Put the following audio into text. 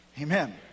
amen